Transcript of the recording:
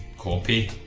copy